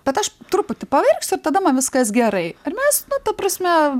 bet aš truputį paverksiu ir tada man viskas gerai ir mes ta prasme